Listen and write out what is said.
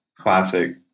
classic